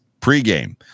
pregame